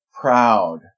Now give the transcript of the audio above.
proud